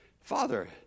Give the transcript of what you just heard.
Father